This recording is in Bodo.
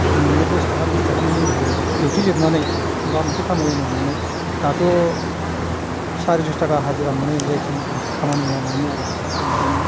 नोङो दस थाखा बिस थाखानि लोंनो हायो डिउटि जोबनानै एबा मोनसे खामानि मावनानै दाथ' सारिस' थाखा हाजिरा मोनो जायखि जिखि खामानि मावा मानो आरो थिख बिदिनो